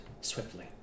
swiftly